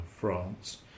France